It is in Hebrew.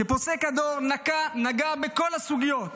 כפוסק הדור הוא נגע בכל הסוגיות,